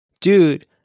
Dude